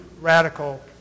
radical